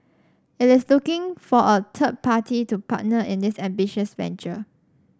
it is looking for a third party to partner in this ambitious venture